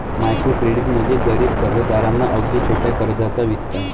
micro credit म्हणजे गरीब कर्जदारांना अगदी छोट्या कर्जाचा विस्तार